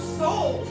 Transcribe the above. soul